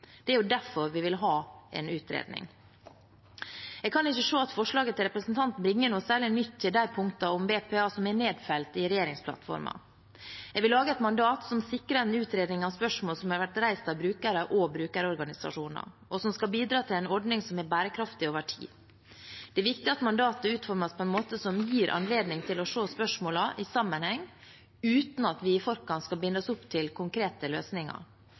Det er derfor vi vil ha en utredning. Jeg kan ikke se at forslaget til representanten bringer noe særlig nytt til de punktene om BPA som er nedfelt i regjeringsplattformen. Jeg vil lage et mandat som sikrer en utredning av spørsmål som har vært reist av brukere og brukerorganisasjoner, og som skal bidra til en ordning som er bærekraftig over tid. Det er viktig at mandatet utformes på en måte som gir anledning til å se spørsmålene i sammenheng, uten at vi i forkant skal binde oss opp til konkrete løsninger.